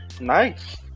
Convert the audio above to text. Nice